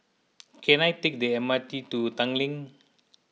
can I take the M R T to Tanglin